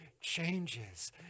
changes